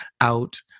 out